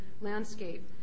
landscape